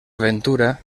aventura